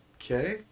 Okay